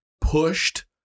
pushed